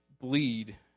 bleed